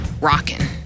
Rockin